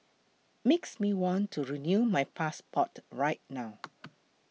makes me want to renew my passport right now